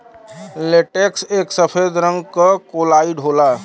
latex एक सफेद रंग क कोलाइड होला